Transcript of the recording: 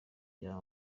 bya